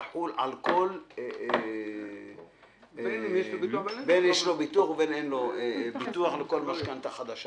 שנה תחול בין אם יש לו ביטוח ובין אם אין לו ביטוח לכל משכנתה חדשה.